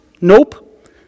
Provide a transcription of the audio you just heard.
Nope